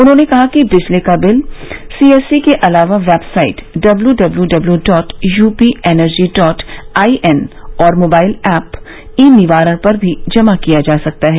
उन्होंने कहा कि बिजली का बिल सीएससी के अलावा website W W W dot UP energy dot IN और मोबाइल ऐप ई निवारण पर भी जमा किया जा सकता है